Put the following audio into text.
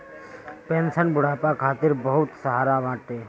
pension बुढ़ापा खातिर बहुते सहारा बाटे